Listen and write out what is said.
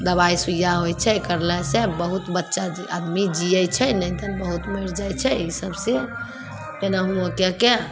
दबाइ सुइया होइ छै करला सऽ बहुत बच्चा आदमी जीयै छै नहि तऽ बहुत मरि जाइ छै एहि सभ सऽ केनाहुओ कएके